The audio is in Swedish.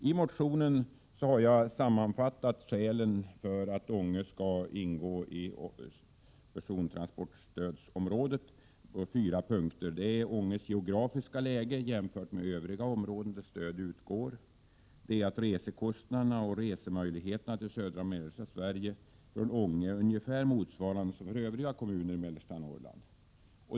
I motionen har jag sammanfattat skälen för att Ånge kommun skall ingå i persontransportstödsområdet i fyra punkter: - Ånges geografiska läge jämfört med övriga områden där stöd utgår. —- Resekostnaderna och resemöjligheterna till södra och mellersta Sverige från Ånge är ungefär desamma som från övriga kommuner i mellersta Norrland.